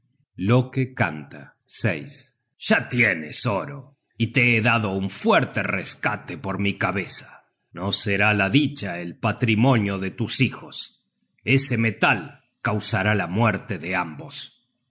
bien loke canta ya tienes oro y te he dado un fuerte rescate por mi cabeza no será la dicha el patrimo loke despues de haber recogido todo el oro de